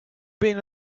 been